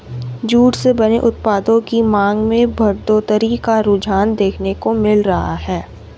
jute से बने उत्पादों की मांग में बढ़ोत्तरी का रुझान देखने को मिल रहा है